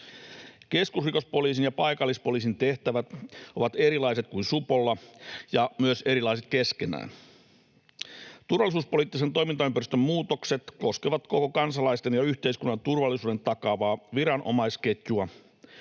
Keskusrikospoliisin ja paikallispoliisin tehtävät ovat erilaiset kuin supolla ja myös erilaiset keskenään. Turvallisuuspoliittisen toimintaympäristön muutokset koskevat koko kansalaisten ja yhteiskunnan turvallisuuden takaavaa viranomaisketjua,